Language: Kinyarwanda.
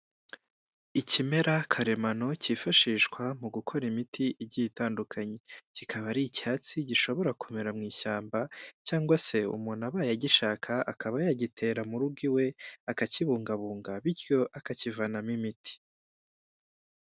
Ikimera karemano kifashishwa mu gukora imiti igiye itandukanye kikaba ari icyatsi gishobora kumera mu ishyamba cyangwa se umuntu abaye agishaka akaba yagitera mu rugo iwe akakibungabunga bityo akakivanamo imiti.